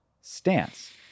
stance